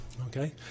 okay